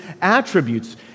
attributes